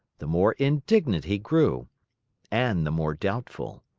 the more indignant he grew and the more doubtful.